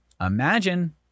imagine